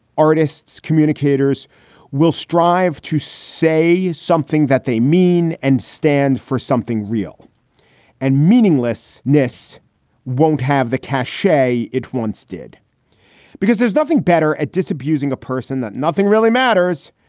artists, communicators will strive to say something that they mean and stand for something real and meaningless. naess won't have the cachet it once did because there's nothing better at disabusing a person that nothing really matters.